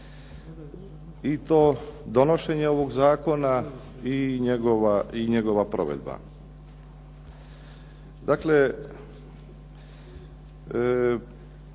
i to donošenje ovog zakona i njegova provedba.